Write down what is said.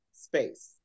space